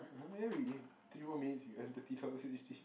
anyway we three more minutes we earn thirty dollars already